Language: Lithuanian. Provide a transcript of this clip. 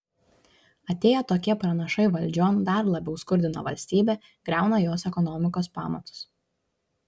atėję tokie pranašai valdžion dar labiau skurdina valstybę griauna jos ekonomikos pamatus